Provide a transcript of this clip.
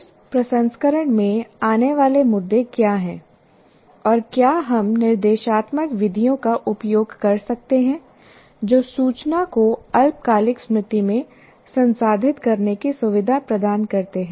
उस प्रसंस्करण में आने वाले मुद्दे क्या हैं और क्या हम निर्देशात्मक विधियों का उपयोग कर सकते हैं जो सूचना को अल्पकालिक स्मृति में संसाधित करने की सुविधा प्रदान करते हैं